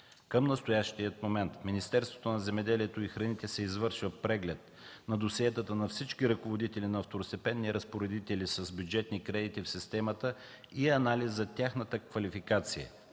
Към настоящия момент в Министерството на земеделието и храните се извършва преглед на досиетата на всички ръководители на второстепенни разпоредители с бюджетни кредити в системата и анализ за тяхната квалификация,